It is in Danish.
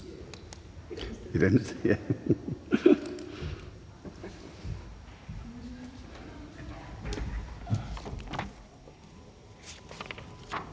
Tak